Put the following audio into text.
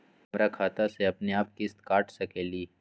हमर खाता से अपनेआप किस्त काट सकेली?